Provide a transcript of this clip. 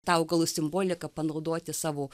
tą augalų simboliką panaudoti savo